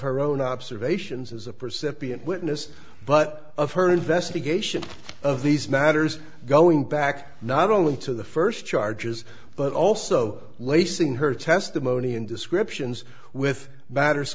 her own observations as a percent be a witness but of her investigation of these matters going back not only to the first charges but also lacing her testimony in descriptions with matters